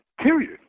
period